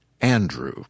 Andrew